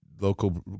local